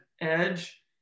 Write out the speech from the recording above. edge